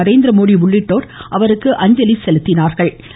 நரேந்திரமோடி உள்ளிட்டோர் அவருக்கு அஞ்சலி செலுத்தினா்